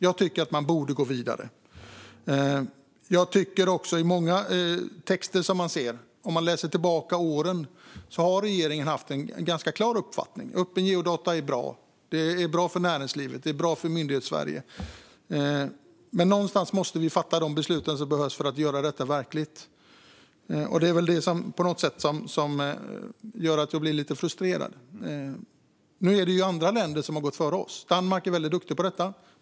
Jag tycker att man borde gå vidare. I många texter genom åren har regeringen haft en ganska klar uppfattning: Öppna geodata är bra. Det är bra för näringslivet; det är bra för Myndighetssverige. Men någonstans måste vi fatta de beslut som behövs för att göra detta verkligt. Det är väl detta som gör att jag blir lite frustrerad. Nu är det andra länder som har gått före oss. Danmark är väldigt duktiga på detta.